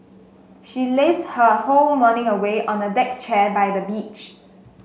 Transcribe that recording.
she lazed her whole morning away on a deck chair by the beach